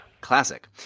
Classic